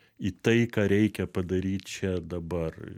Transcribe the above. į tai ką reikia padaryti čia dabar